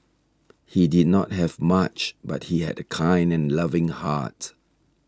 he did not have much but he had a kind and loving heart